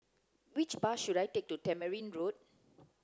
which bus should I take to Tamarind Road